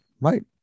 Right